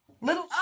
Little